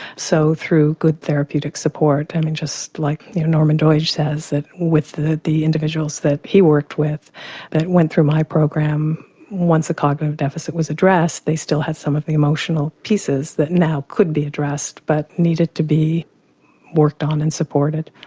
so through good therapeutic support, and just like norman doidge says that with the the individuals that he worked with that went through my program once the cognitive deficit was addressed they still had some of the emotional pieces that now could be addressed but needed to be worked on and supported.